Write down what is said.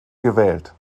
gewählt